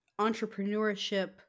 entrepreneurship